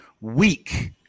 weak